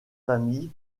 familles